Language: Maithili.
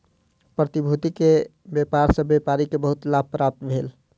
प्रतिभूति के व्यापार सॅ व्यापारी के बहुत लाभ प्राप्त भेल